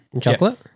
Chocolate